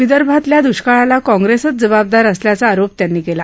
विदर्भातल्या दुष्काळाला काँप्रेसच जबाबदार असल्याचा आरोप त्यांनी केला